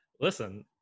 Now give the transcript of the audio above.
Listen